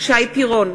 שי פירון,